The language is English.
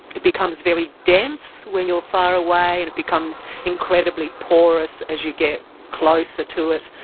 it becomes very dense when you are far away and it becomes incredibly porous as you get closer to it.